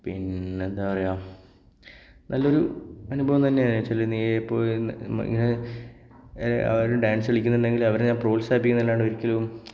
പിന്നെന്താണ് പറയുക നല്ലൊരു അനുഭവം തന്നെയായിരുന്നു ചിലർ ഇങ്ങനെ അവർ ഡാൻസ് കളിക്കുന്നുണ്ടെങ്കിൽ അവരെ ഞാൻ പ്രോത്സാഹിപ്പിക്കും എന്നല്ലാതെ ഒരിക്കലും